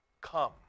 come